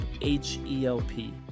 H-E-L-P